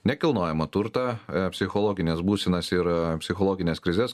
nekilnojamą turtą psichologines būsenas ir psichologines krizes